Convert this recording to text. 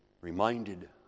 reminded